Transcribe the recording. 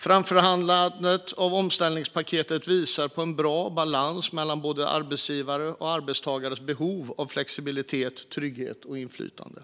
Framförhandlandet av omställningspaketet visar på en bra balans mellan både arbetsgivares och arbetstagares behov av flexibilitet, trygghet och inflytande.